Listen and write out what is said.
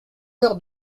peur